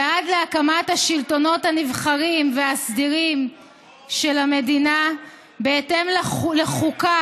ועד להקמת השלטונות הנבחרים והסדירים של המדינה בהתאם לחוקה"